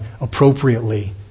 appropriately